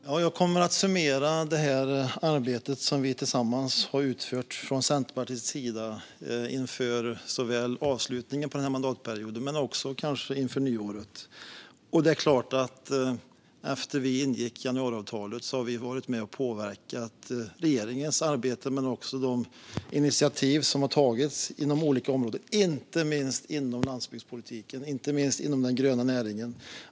Fru talman! Jag kommer att summera det arbete som vi tillsammans har utfört från Centerpartiets sida inför avslutningen av mandatperioden, men kanske också inför nyåret. Sedan vi ingick januariavtalet har vi varit med och påverkat regeringens arbete men också de initiativ som har tagits inom olika områden, inte minst inom landsbygdspolitiken och den gröna näringen.